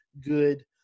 good